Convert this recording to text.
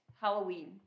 Halloween